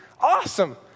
Awesome